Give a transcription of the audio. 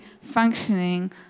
functioning